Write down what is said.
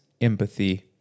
empathy